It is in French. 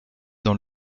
dans